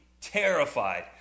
terrified